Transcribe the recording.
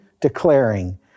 declaring